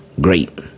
great